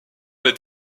est